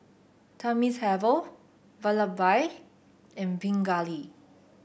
Thamizhavel Vallabhbhai and Pingali